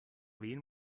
wen